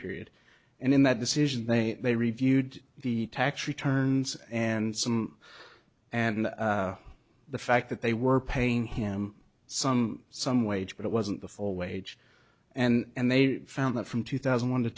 period and in that decision they reviewed the tax returns and some and the fact that they were paying him some some wage but it wasn't the full wage and they found that from two thousand one to